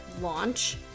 launch